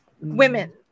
women